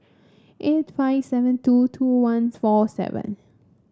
eight five seven two two once four seven